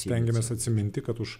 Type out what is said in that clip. stengiamės atsiminti kad už